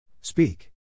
Speak